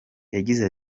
yagize